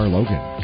Logan